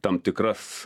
tam tikras